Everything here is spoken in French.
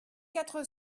quatre